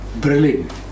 Brilliant